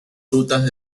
grutas